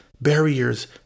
barriers